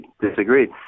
disagreed